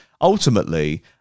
ultimately